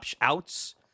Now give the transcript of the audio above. outs